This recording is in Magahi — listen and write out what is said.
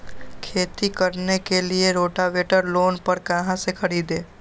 खेती करने के लिए रोटावेटर लोन पर कहाँ से खरीदे?